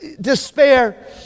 despair